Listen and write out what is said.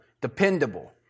dependable